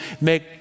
Make